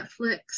Netflix